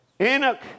Enoch